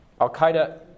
Al-Qaeda